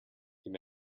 you